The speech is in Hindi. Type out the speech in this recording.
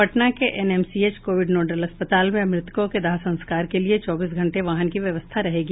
पटना के एनएमसीएच कोविड नोडल अस्पताल में अब मृतकों के दाह संस्कार के लिए चौबीस घंटे वाहन की व्यवस्था रहेगी